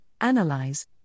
analyze